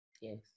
Yes